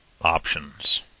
Options